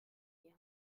mir